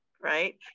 right